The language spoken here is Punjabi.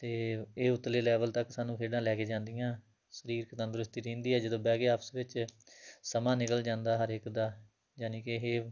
ਅਤੇ ਇਹ ਉਤਲੇ ਲੈਵਲ ਤੱਕ ਸਾਨੂੰ ਖੇਡਾਂ ਲੈ ਕੇ ਜਾਂਦੀਆਂ ਸਰੀਰਕ ਤੰਦਰੁਸਤੀ ਰਹਿੰਦੀ ਹੈ ਜਦੋਂ ਬਹਿ ਕੇ ਆਪਸ ਵਿੱਚ ਸਮਾਂ ਨਿਕਲ ਜਾਂਦਾ ਹਰ ਇੱਕ ਦਾ ਜਾਣੀ ਕਿ ਇਹ